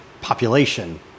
population